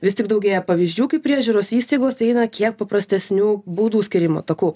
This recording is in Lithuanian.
vis tik daugėja pavyzdžių kai priežiūros įstaigos eina kiek paprastesniu baudų skyrimo taku